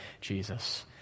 Jesus